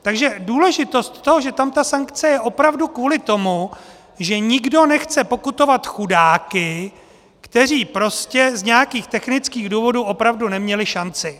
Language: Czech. Takže důležitost toho, že tam ta sankce je, je opravdu kvůli tomu, že nikdo nechce pokutovat chudáky, kteří z nějakých technických důvodů opravdu neměli šanci.